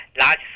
large